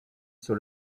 sur